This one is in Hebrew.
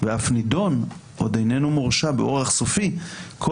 ואף נידון עוד איננו מורשע באורח סופי כל